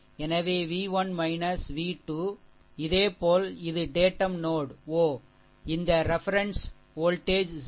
எனவே v 1 v 22 இதேபோல் இது டேட்டம் நோட் ஓ இந்த ரெஃபெரென்ஸ்குறிப்பு வோல்டேஜ் 0 சரி